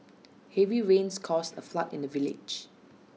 heavy rains caused A flood in the village